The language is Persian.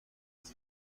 است